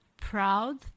proud